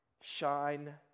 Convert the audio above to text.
shine